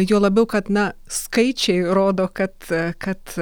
juo labiau kad na skaičiai rodo kad kad